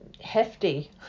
hefty